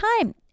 time